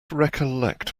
recollect